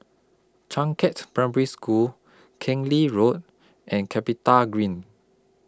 Changkat's Primary School Keng Lee Road and Capitagreen